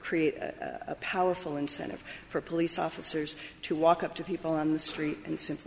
create a powerful incentive for police officers to walk up to people on the street and simply